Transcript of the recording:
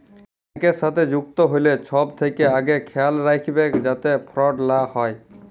ব্যাংকের সাথে যুক্ত হ্যলে ছব থ্যাকে আগে খেয়াল রাইখবেক যাতে ফরড লা হ্যয়